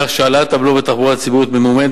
כך שהעלאת הבלו בתחבורה ציבורית ממומנת